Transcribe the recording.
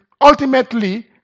ultimately